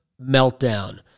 meltdown